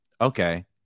Okay